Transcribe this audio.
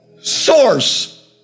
Source